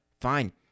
fine